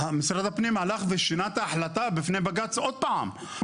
משרד הפנים הלך ושינה את החלטה בפני בג"ץ עוד פעם,